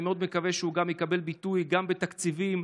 אני מאוד מקווה שהוא יקבל ביטוי גם בתקציבים.